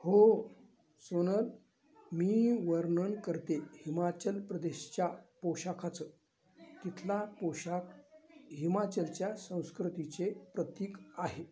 हो सोनल मी वर्णन करते हिमाचल प्रदेशच्या पोशाखाचं तिथला पोशाख हिमाचलच्या संस्कृतीचे प्रतीक आहे